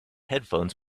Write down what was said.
headphones